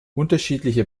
unterschiedliche